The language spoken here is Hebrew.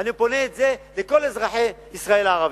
אני פונה לכל אזרחי ישראל הערבים,